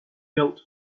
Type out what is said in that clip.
built